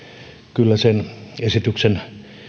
kyllä sen esityksen